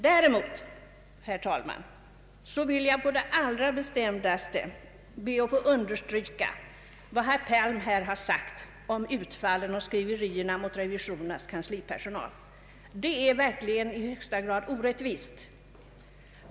Däremot, herr talman, vill jag på det allra bestämdaste be att få understryka vad herr Palm här sagt om utfallen och skriverierna mot revisionens kanslipersonal. Det är verkligen i högsta grad orättvist.